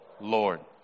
Lord